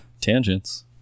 tangents